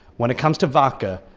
when it comes to vodka,